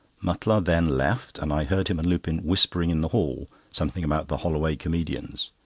mutlar then left, and i heard him and lupin whispering in the hall something about the holloway comedians,